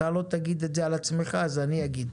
אתה לא תגיד את זה על עצמך אז אני אגיד.